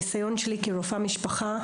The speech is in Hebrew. אני אומרת את הדברים מניסיוני כרופאת משפחה,